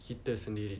kita sendiri